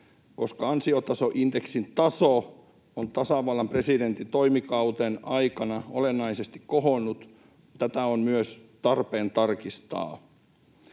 Koska ansiotasoindeksin taso on tasavallan presidentin toimikauden aikana olennaisesti kohonnut, tätä on myös tarpeen tarkistaa.